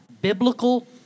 biblical